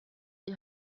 die